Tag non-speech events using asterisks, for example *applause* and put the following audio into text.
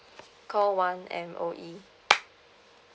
call one M_O_E *noise*